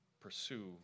pursue